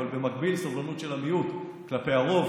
אבל במקביל סובלנות של המיעוט כלפי הרוב,